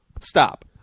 stop